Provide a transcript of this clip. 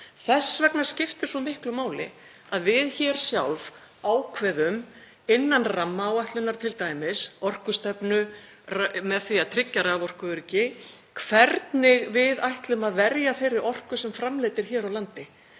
Þess vegna skiptir svo miklu máli að við sjálf ákveðum, innan rammaáætlunar, t.d. orkustefnu með því að tryggja raforkuöryggi, hvernig við ætlum að verja þeirri orku sem framleidd er hér á landi.